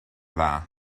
dda